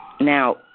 Now